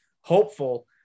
hopeful